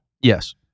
Yes